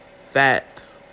fat